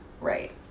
Right